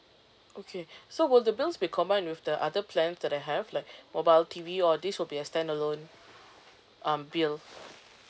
okay so will the bills be combined with the other plans that I have like mobile T_V or this will be a standalone um bill